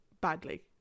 badly